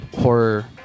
horror